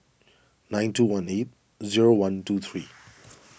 nine two one eight zero one two three